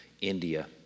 India